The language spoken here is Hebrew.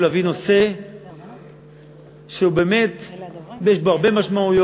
להביא נושא שבאמת יש בו הרבה משמעויות,